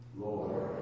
Lord